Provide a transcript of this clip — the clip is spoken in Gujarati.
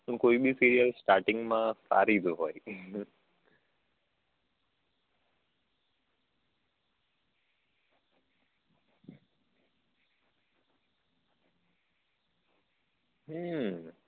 તું કોઈ બી સિરિયલ સ્ટાર્ટિંગમાં સારી જ હોય